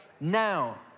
now